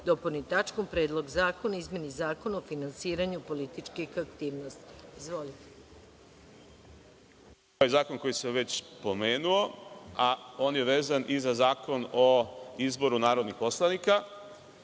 dopuni tačkom Predlog zakona o izmeni Zakona o finansiranju političkih aktivnosti. Izvolite. **Zoran Živković** Taj zakon koji sam već pomenuo, a on je vezan i za Zakon o izboru narodnih poslanika,